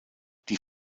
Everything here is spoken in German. die